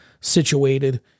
situated